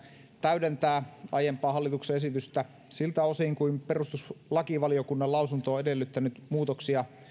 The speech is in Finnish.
täydentää aiempaa hallituksen esitystä siltä osin kuin perustuslakivaliokunnan lausunto on edellyttänyt muutoksia